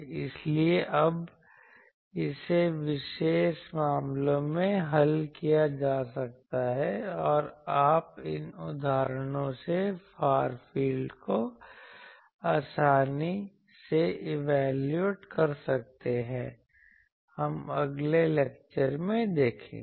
इसलिए अब इसे विशेष मामलों में हल किया जा सकता है और आप इन उदाहरणों से फार फील्ड को आसानी से इवेलयूएट कर सकते हैं हम अगले लेक्चर में देखेंगे